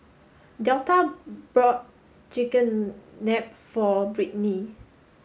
Delta bought Chigenabe for Britney